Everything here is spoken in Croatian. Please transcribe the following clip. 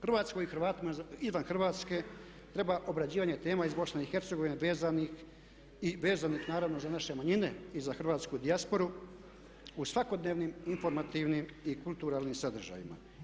Hrvatskoj i Hrvatima izvan Hrvatske treba obrađivanje tema iz Bosne i Hercegovine vezanih i vezanih naravno za naše manjine i za hrvatsku dijasporu u svakodnevnim informativnim i kulturalnim sadržajima.